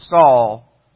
Saul